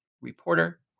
reporter